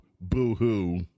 boo-hoo